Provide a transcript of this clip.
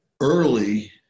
early